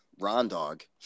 Rondog